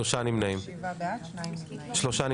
הצבעה אושר.